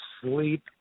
sleep